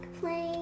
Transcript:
playing